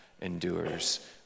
endures